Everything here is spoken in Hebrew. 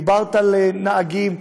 ודיברת על נהגים,